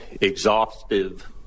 exhaustive